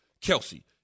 Kelsey